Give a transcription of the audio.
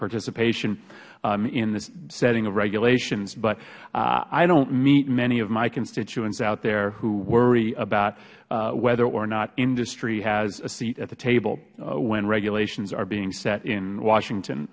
participation in the setting of regulations but i don't meet many of my constituents out there who worry about whether or not industry has a seat at the table when regulations are being set in